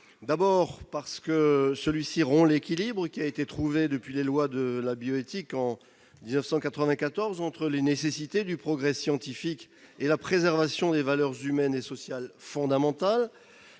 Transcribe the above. cet article rompt l'équilibre trouvé depuis les lois de la bioéthique en 1994 entre les nécessités du progrès scientifique et la préservation des valeurs humaines et sociales fondamentales.